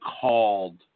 called